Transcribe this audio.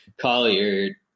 Collier